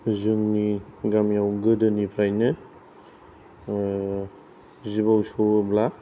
जोंनि गामियाव गोदोनिफ्रायनो जिबौ सौवोब्ला